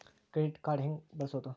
Credit card ಹೆಂಗ ಬಳಸೋದು?